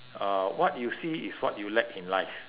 uh what you see is what you lack in life